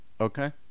Okay